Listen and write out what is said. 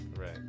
Right